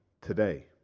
today